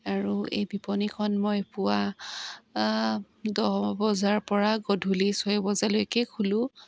আৰু এই বিপণীখন মই পুৱা দহ বজাৰপৰা গধূলি ছয় বজালৈকে খোলোঁ